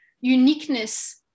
uniqueness